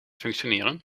functioneren